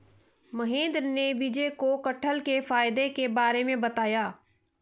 महेंद्र ने विजय को कठहल के फायदे के बारे में बताया